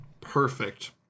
Perfect